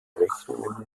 rechnungen